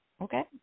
okay